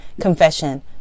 confession